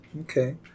Okay